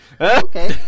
Okay